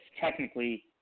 technically